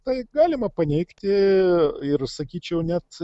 tai galima paneigti ir sakyčiau net